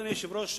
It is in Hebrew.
אדוני היושב-ראש,